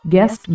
Guest